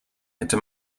hätte